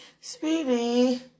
Speedy